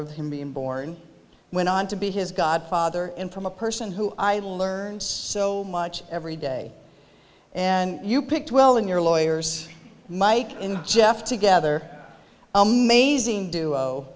of him being born went on to be his godfather in from a person who i learned so much every day and you picked well in your lawyers mike jeff together amazing d